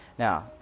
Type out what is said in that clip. Now